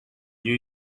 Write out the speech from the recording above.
new